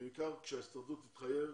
בעיקר כשההסתדרות תתחייב